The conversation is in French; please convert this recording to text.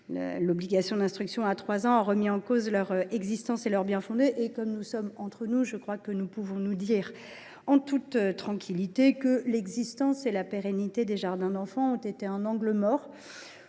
L’obligation d’instruction dès l’âge de 3 ans a remis en cause leur existence et leur bien fondé. Nous sommes entre nous, nous pouvons donc nous avouer en toute tranquillité que l’existence et la pérennité des jardins d’enfants ont été un angle mort,